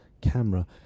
camera